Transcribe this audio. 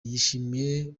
yashimiye